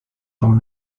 from